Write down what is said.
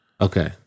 okay